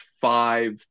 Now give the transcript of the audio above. five